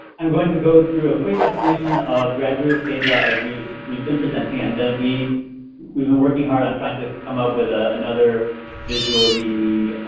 i'm going to go through a quick explanation of graduated phaseout as we've we've been presenting it and then we've we've been working hard on trying to come up with ah another visually